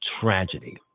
tragedy